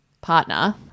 partner